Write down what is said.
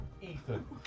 Ethan